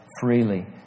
freely